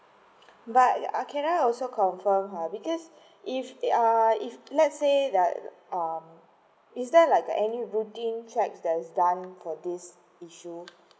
but can I also confirm uh because if uh if let's say that um is there like any routine check there's done for this issue